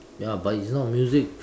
ya but it's not music